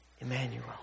Emmanuel